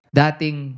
dating